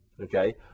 Okay